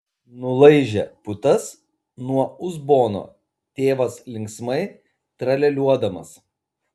nulaižė putas nuo uzbono tėvas linksmai tralialiuodamas